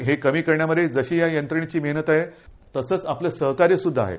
हे कमी करण्यामध्ये जशी या यंत्रणेची मेहनत आहे तसंच आपलं सहकार्य सुद्धा आहे